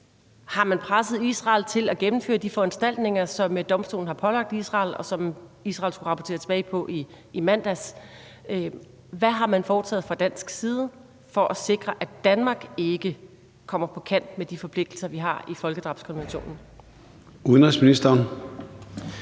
Har man presset Israel til at gennemføre de foranstaltninger, som domstolen har pålagt Israel, og som Israel skulle rapportere tilbage om i mandags? Hvad har man foretaget sig fra dansk side for at sikre, at Danmark ikke kommer på kant med de forpligtelser, vi har i folkedrabskonventionen? Kl.